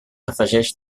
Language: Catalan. afegeix